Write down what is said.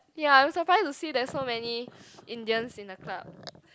ya I'm surprised to see there's so many Indians in the club